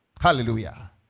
Hallelujah